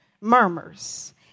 Murmurs